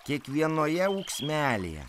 kiekvienoje auksmelėje